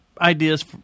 ideas